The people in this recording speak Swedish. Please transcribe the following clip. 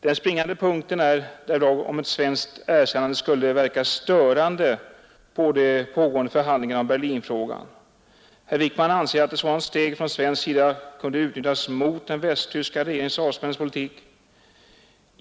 Den springande punkten är härvidlag om ett svenskt erkännande skulle verka ”störande” på de pågående förhandlingarna om Berlinfrågan. Herr Wickman anser att ett sådant steg från svensk sida kunde utnyttjas mot den västtyska regeringens avspänningspolitik.